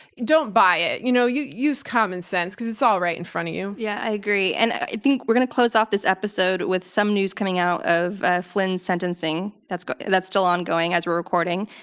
don't buy it. you know, use common sense, because it's all right in front of you. yeah, i agree, and i think we're gonna close off this episode with some news coming out of ah flynn's sentencing. that's that's still ongoing as we're recording.